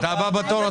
אתה הבא בתור.